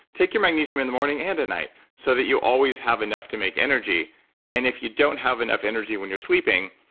take your magnesium in the morning and at night so that you always have enough to make energy and if you don't have enough energy when you're sleeping,